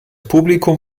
publikum